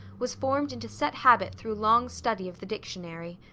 was formed into set habit through long study of the dictionary.